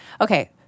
Okay